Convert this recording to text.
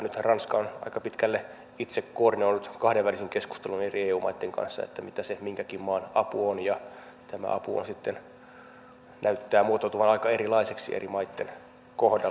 nythän ranska on aika pitkälle itse koordinoinut kahdenvälisin keskusteluin eri eu maitten kanssa mitä se minkäkin maan apu on ja tämä apu sitten näyttää muotoutuvan aika erilaiseksi eri maitten kohdalla